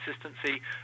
consistency